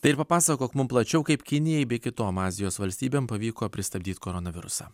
tai ir papasakok mum plačiau kaip kinijai bei kitom azijos valstybėm pavyko pristabdyt koronavirusą